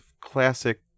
classic